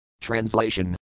Translation